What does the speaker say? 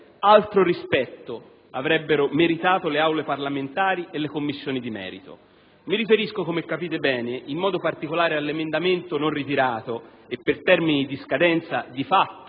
altro rispetto avrebbero meritato le Aule parlamentari e le Commissioni di merito. Mi riferisco, come capite bene, in modo particolare all'emendamento non ritirato, e per termini di scadenza di fatto